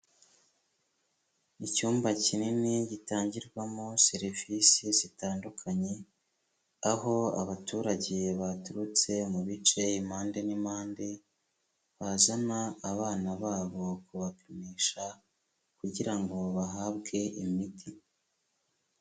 Icyumba kinini gitangirwamo serivisi zitandukanye, aho abaturage baturutse mu bice, impande n'impande, bazana abana babo kubapimisha, kugira ngo bahabwe imiti.